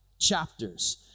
chapters